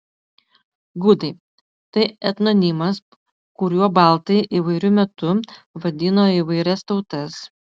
gudai tai etnonimas kuriuo baltai įvairiu metu vadino įvairias tautas